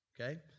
okay